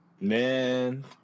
man